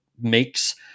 makes